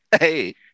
Hey